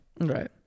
right